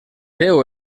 déu